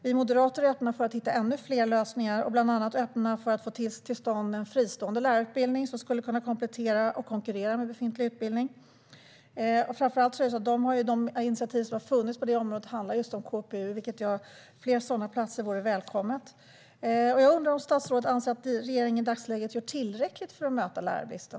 Vi moderater är öppna för att hitta ännu fler lösningar. Vi är bland annat öppna för att få till stånd en fristående lärarutbildning som skulle kunna komplettera och konkurrera med befintlig utbildning. Framför allt är det så att de initiativ som har funnits på detta område handlar om just KPU, vilket gör att fler sådana platser vore välkommet. Jag undrar om statsrådet anser att regeringen i dagsläget gör tillräckligt för att möta lärarbristen.